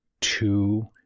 two